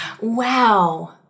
Wow